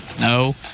No